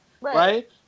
Right